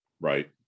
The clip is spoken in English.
Right